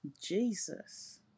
Jesus